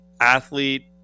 athlete